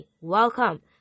welcome